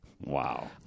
Wow